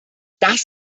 das